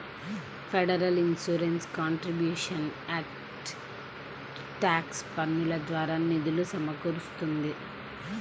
federal Insurance Contributions Act tax పన్నుల ద్వారా నిధులు సమకూరుస్తుంది